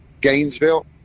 gainesville